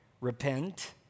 repent